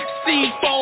c4